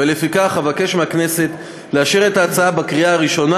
ולפיכך אבקש מהכנסת לאשר את ההצעה בקריאה הראשונה